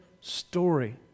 story